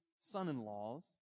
son-in-laws